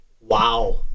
Wow